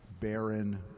barren